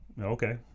Okay